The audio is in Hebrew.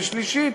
ושלישית,